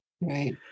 Right